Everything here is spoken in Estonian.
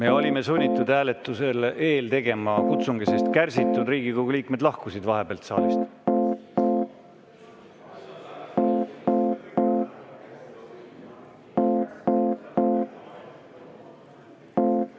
Me oleme sunnitud hääletuse eel tegema kutsungi, sest kärsitud Riigikogu liikmed lahkusid vahepeal saalist. Austatud